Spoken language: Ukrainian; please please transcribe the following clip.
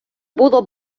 було